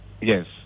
Yes